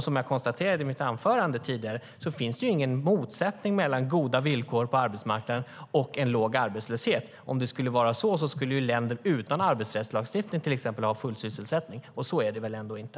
Som jag konstaterade i mitt anförande finns det ingen motsättning mellan goda villkor på arbetsmarknaden och låg arbetslöshet. Om det vore så skulle länder utan exempelvis arbetsrättslagstiftning ha full sysselsättning, och så är det väl ändå inte.